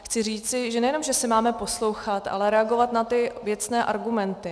Chci říci, že nejenom že se máme poslouchat, ale reagovat na ty věcné argumenty.